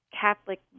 Catholic